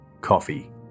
coffee